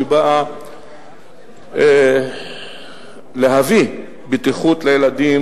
שבאה להביא בטיחות לילדים,